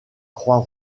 croix